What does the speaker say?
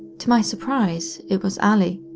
to my surprise, it was allie.